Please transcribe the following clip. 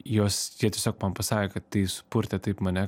jos jie tiesiog man pasakė kad tai supurtė taip mane